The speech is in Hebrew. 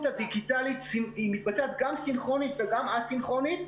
הדיגיטלית שהיא מתבצעת גם סינכרונית וגם א-סינכרונית,